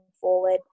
forward